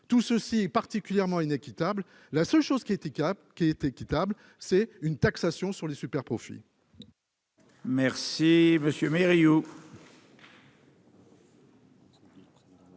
tout ceci est particulièrement inéquitable, la seule chose qui était cap qui est équitable, c'est une taxation sur les superprofits.